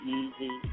easy